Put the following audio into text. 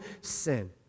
sin